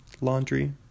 laundry